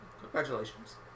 Congratulations